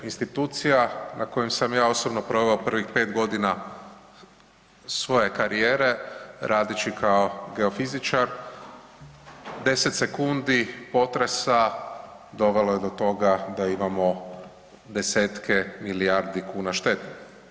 Institucija na kojoj sam ja osobno proveo prvih 5 godina svoje karijere radeći kao geofizičar 10 sekundi potresa dovelo je do toga da imamo 10-tke milijardi kuna štetu.